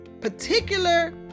particular